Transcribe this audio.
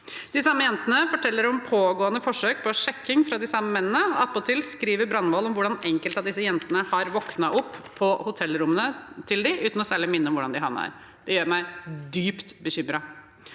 De samme jentene forteller om pågående forsøk på sjekking fra de samme mennene, og attpåtil skriver Brandvol om hvordan enkelte av disse jentene har våknet opp på hotellrommene deres uten noe særlig minne om hvordan de havnet der. Det gjør meg dypt bekymret.